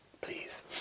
please